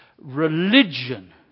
religion